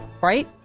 right